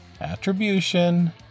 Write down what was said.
Attribution